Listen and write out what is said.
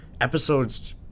episodes